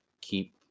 keep